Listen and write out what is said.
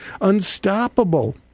unstoppable